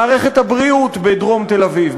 במערכת הבריאות בדרום תל-אביב,